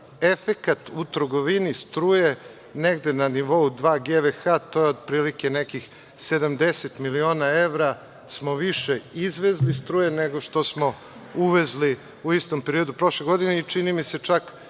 efekat u trgovini struje negde na nivou dva GVH, to je otprilike nekih 70 miliona evra smo više izvezli struje nego što smo uvezli u istom periodu prošle godine. Čini mi se, čak,